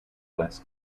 less